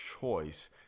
choice